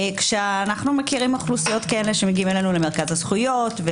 כשאנחנו מכירים אוכלוסיות כאלה שמגיעים אלינו למרכז הזכויות.